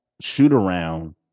shoot-around